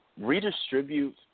redistribute